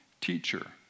teacher